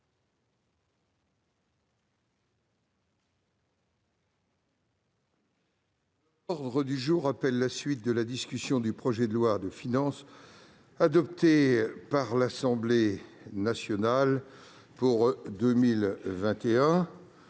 L'ordre du jour appelle la suite de la discussion du projet de loi de finances pour 2021, adopté par l'Assemblée nationale (projet